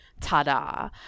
ta-da